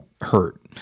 hurt